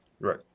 right